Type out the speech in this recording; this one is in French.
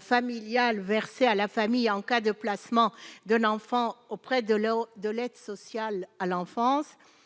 familiales versées à la famille en cas de placement de l'enfant auprès de l'eau, de l'aide sociale à l'enfance